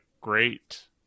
great